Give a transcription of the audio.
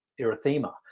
erythema